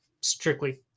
strictly